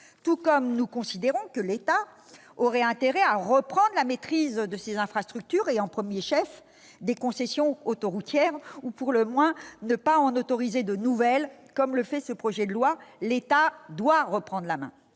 tout comme nous considérons que l'État aurait intérêt à retrouver la maîtrise de ses infrastructures, au premier chef des concessions autoroutières, ou, pour le moins, à ne pas en autoriser de nouvelles, comme le fait ce projet de loi. L'État doit reprendre la main